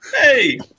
hey